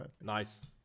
Nice